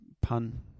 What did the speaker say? pun